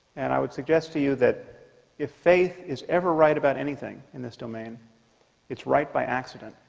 and i would suggest to you that if faith is ever right about anything in this domain it's right by accident